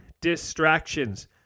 distractions